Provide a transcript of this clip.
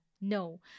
no